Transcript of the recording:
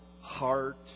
heart